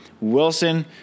Wilson